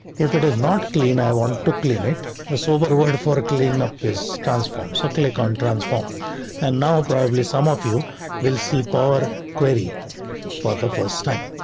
if it is not clean, i want to clean it a sober word for cleanup is transformed. so click on transform and now probably some of you will see power query for the first time.